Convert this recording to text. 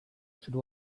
should